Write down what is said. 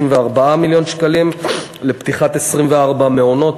64 מיליון שקלים לפתיחת 24 מעונות,